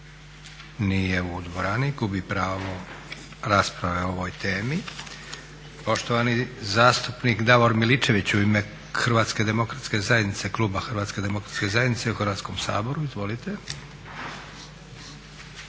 Hrvatske demokratske zajednice